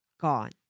gone